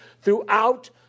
throughout